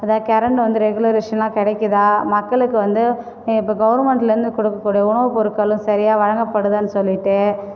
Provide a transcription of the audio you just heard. அதாவது கெரண்டு வந்து ரெகுலரேஷனா கிடைக்குதா மக்களுக்கு வந்து இப்போ கவுர்மென்ண்ட்லேருந்து கொடுக்கக்கூடிய உணவுப் பொருட்களும் சரியா வழங்கப்படுதான்னு சொல்லிட்டு